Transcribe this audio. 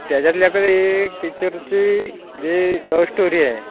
त्याच्यातल्या तर एक पिक्चरची जे लवष्टोरी आहे